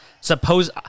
suppose